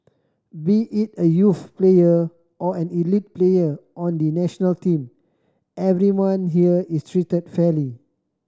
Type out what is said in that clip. be it a youth player or an elite player on the national team everyone here is treated fairly